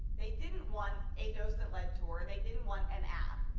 they didn't want a docent-led tour. they didn't want an app.